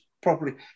properly